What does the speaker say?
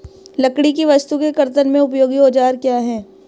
लकड़ी की वस्तु के कर्तन में उपयोगी औजार क्या हैं?